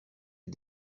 est